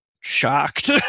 shocked